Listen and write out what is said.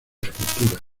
escultura